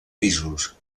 pisos